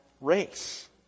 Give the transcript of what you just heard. race